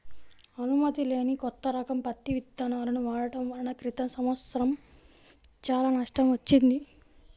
అనుమతి లేని కొత్త రకం పత్తి విత్తనాలను వాడటం వలన క్రితం సంవత్సరం చాలా నష్టం వచ్చింది